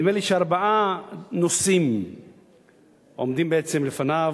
נדמה לי שארבעה נושאים עומדים בעצם לפניו,